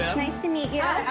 nice to meet you.